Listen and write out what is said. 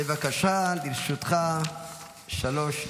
בבקשה, לרשותך שלוש דקות.